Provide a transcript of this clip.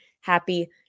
happy